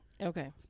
Okay